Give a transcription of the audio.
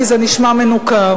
כי זה נשמע מנוכר.